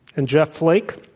and jeff flake?